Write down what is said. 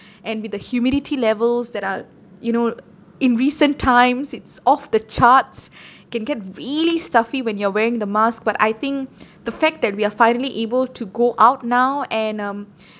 and with the humidity levels that are you know in recent times it's off the charts it can get really stuffy when you're wearing the mask but I think the fact that we are finally able to go out now and um